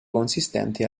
consistenti